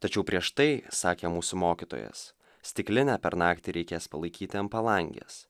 tačiau prieš tai sakė mūsų mokytojas stiklinę per naktį reikės palaikyti ant palangės